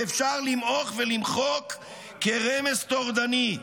-- שאפשר למעוך ולמחוק כרמש טורדני.